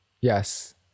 Yes